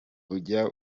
ujya